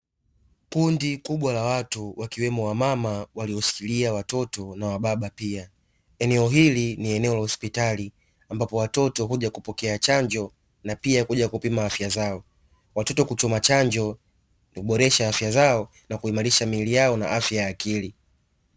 Kundi kubwa la watu wakiwemo wamama walioshikilia watoto na wababa pia. Eneo hili ni eneo la hospitali ambapo watoto huja kupokea chanjo na pia huja kupima afya zao. Watoto kuchoma chanjo huboresha afya zao na kuimarisha miili yao na afya ya akili.